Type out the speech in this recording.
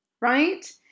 right